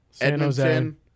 Edmonton